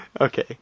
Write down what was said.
Okay